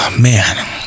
man